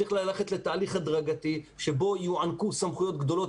צריך ללכת לתהליך הדרגתי שבו יוענקו סמכויות גדולות